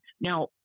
Now